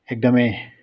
एकदमै